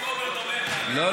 לא.